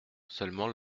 seulement